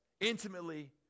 intimately